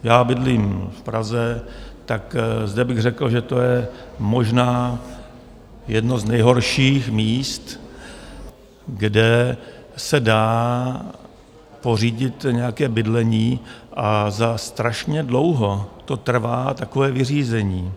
Já bydlím v Praze, tak zde bych řekl, že to je možná jedno z nejhorších míst, kde se dá pořídit nějaké bydlení a strašně dlouho to trvá takové vyřízení.